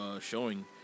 showing